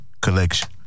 collection